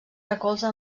recolza